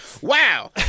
Wow